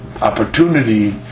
opportunity